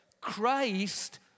Christ